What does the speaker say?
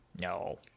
No